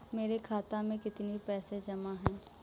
मेरे खाता में कितनी पैसे जमा हैं?